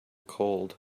cold